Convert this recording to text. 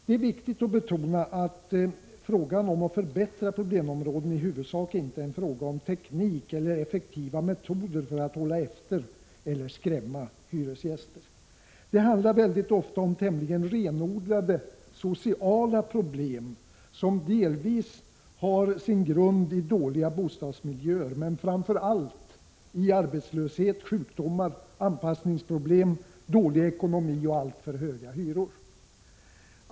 Det är viktigt att betona att frågan om att förbättra problemområden i huvudsak inte är en fråga om teknik eller effektiva metoder för att hålla efter eller skrämma hyresgäster. Det handlar mycket ofta om tämligen renodlade sociala problem som delvis har sin grund i dåliga bostadsmiljöer, men framför allt i arbetslöshet, sjukdomar, anpassningsproblem, dålig ekonomi och alltför höga hyror.